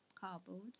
cardboard